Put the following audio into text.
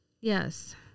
Yes